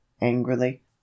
angrily